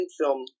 film